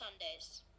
Sundays